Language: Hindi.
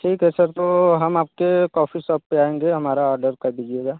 ठीक है सर तो हम आपके कॉफी शॉप पर आएँगे हमारा ऑर्डर कर दीजिएगा